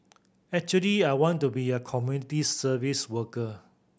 actually I want to be a community service worker